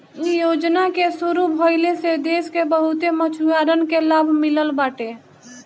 इ योजना के शुरू भइले से देस के बहुते मछुआरन के लाभ मिलल बाटे